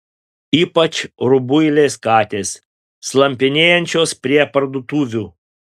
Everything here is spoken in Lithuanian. ypač rubuilės katės slampinėjančios prie parduotuvių